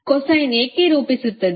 cosine ಏಕೆ ರೂಪಿಸುತ್ತದೆ